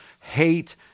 hate